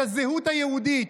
את הזהות היהודית,